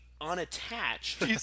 unattached